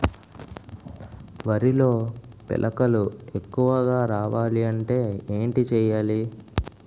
వరిలో పిలకలు ఎక్కువుగా రావాలి అంటే ఏంటి చేయాలి?